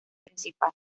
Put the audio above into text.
principal